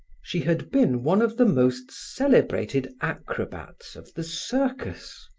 she had been one of the most celebrated acrobats of the circus.